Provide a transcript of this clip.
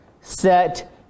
Set